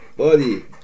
Buddy